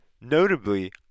Notably